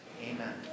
Amen